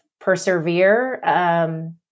persevere